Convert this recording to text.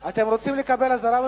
את הסחורות